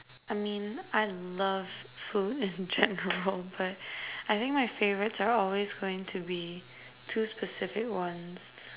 I mean I love food in general but I think my favorites are always going to be two specific ones